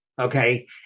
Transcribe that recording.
okay